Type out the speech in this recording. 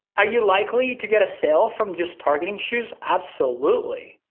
are you likely to get a sale from just targeting shoes? absolutely,